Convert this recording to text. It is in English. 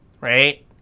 Right